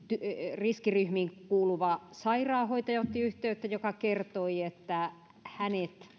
riskiryhmiin kuuluva sairaanhoitaja otti yhteyttä ja kertoi että hänet